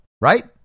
right